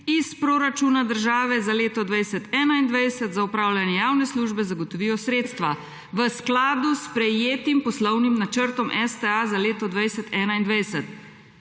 iz proračuna države za leto 2021 za opravljanje javne službe zagotovijo sredstva v skladu s sprejetim poslovnim načrtom STA za leto 20/21.«